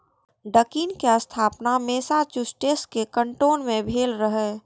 Dunkin के स्थापना Massachusetts के कैन्टोन मे भेल रहै